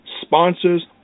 sponsors